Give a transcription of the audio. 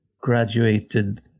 graduated